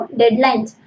deadlines